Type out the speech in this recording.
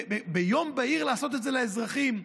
ביום בהיר לעשות את זה לאזרחים?